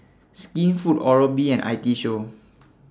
Skinfood Oral B and IT Show